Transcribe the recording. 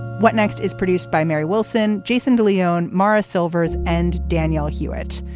what next? is produced by mary wilson, jason de leon morris silvers and danielle hewitt.